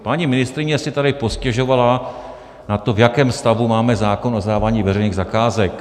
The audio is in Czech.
Paní ministryně si tady postěžovala na to, v jakém stavu máme zákon o zadávání veřejných zakázek.